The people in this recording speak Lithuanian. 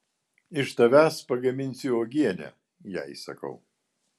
iš tavęs pagaminsiu uogienę jai sakau